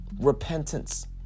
Repentance